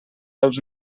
els